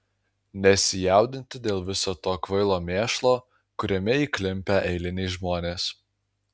nesijaudinti dėl viso to kvailo mėšlo kuriame įklimpę eiliniai žmonės